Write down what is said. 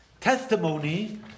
testimony